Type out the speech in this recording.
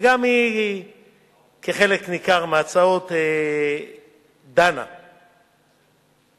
וגם היא כחלק ניכר מההצעות דנה באיסור,